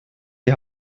die